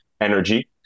energy